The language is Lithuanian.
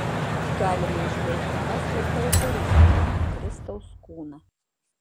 galima įžvelgti paslėptą eucharistiją kristaus kūną